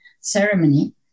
ceremony